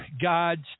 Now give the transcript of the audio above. God's